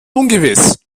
ungewiss